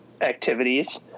activities